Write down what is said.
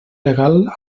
legal